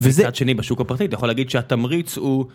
מצד שני, בשוק הפרטי, אתה יכול להגיד שהתמריץ הוא...